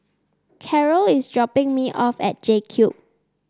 Carrol is dropping me off at JCube